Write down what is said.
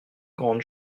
grandes